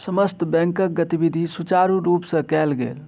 समस्त बैंकक गतिविधि सुचारु रूप सँ कयल गेल